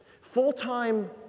full-time